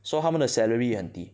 so 他们的 salary 也很低